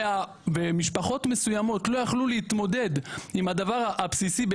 ומשפחות מסוימות לא יכלו להתמודד עם הדבר הבסיסי,